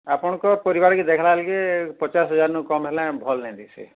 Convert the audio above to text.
ଆପଣଙ୍କର ପରିବାରକେ ଦେଖିବା ଲାଗି ପଚାଶ ହଜାରନୁ କମ ହେଲେନ ଭଲ ନେଇ ଦିଶି